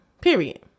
period